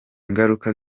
ngaruka